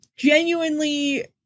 Genuinely